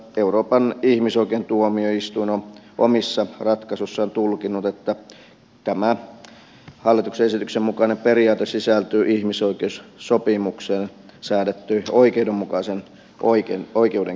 euroopan ihmisoikeustuomioistuin on omissa ratkaisuissaan tulkinnut että tämä hallituksen esityksen mukainen periaate sisältyy ihmisoikeussopimuksessa säädettyyn oikeudenmukaiseen oikeudenkäyntiin